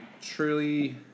truly